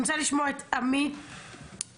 אני רוצה לשמוע את עמית שפייזמן,